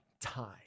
time